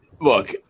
look